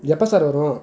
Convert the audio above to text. எப்போ சார் வரும்